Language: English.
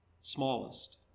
smallest